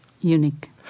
unique